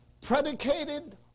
Predicated